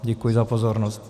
Děkuji za pozornost.